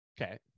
Okay